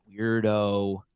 weirdo